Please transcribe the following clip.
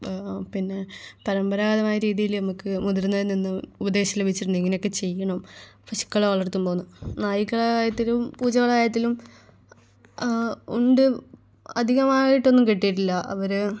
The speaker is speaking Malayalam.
ബാ പിന്നെ പരമ്പരാഗതമായ രീതിയിൽ നമുക്ക് മുതിർന്നവരിൽ നിന്നും ഉപദേശം ലഭിച്ചിട്ടുണ്ട് ഇങ്ങനയൊക്കെ ചെയ്യണം പശുക്കളെ വളർത്തുമ്പോൾ എന്ന് നായ്ക്കളെ കാര്യത്തിലും പൂച്ചകളെ കാര്യത്തിലും ഉണ്ട് അധികമായിട്ടൊന്നും കിട്ടിയിട്ടില്ല അവർ